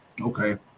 Okay